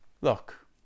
look